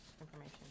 information